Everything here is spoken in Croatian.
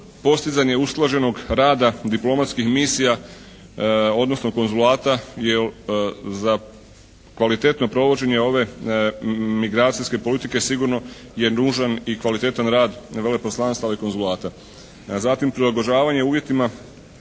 postizanje usklađenog rada diplomatskih misija, odnosno konzulata jer za kvalitetno provođenje ove migracijske politike sigurno je nužan i kvalitetan rad veleposlanstava i konzulata. Zatim, prilagođavanje uvjetima